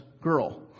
girl